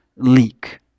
leak